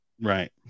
Right